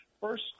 first